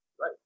right